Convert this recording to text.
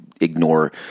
ignore